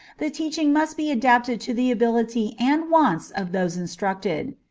the teaching must be adapted to the ability and wants of those instructed.